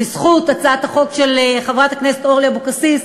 בזכות הצעת החוק של חברת הכנסת אורלי אבקסיס,